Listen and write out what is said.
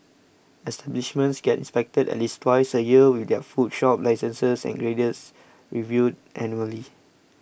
establishments get inspected at least twice a year with their food shop licences and grades reviewed annually